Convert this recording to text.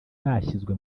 bashyizwe